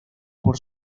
por